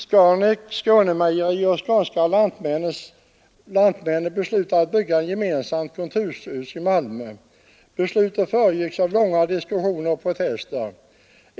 Skanek, Skånemejerier och Skånska lantmännen har beslutat att bygga ett gemensamt kontorshus i Malmö, Beslutet föregicks av långa diskussioner och protester.